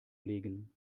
legen